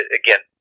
again